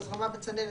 הזרמה בצנרת,